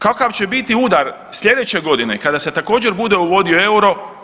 Kakav će biti udar sljedeće godine kada se također bude uvodio euro?